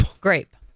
Grape